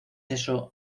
eso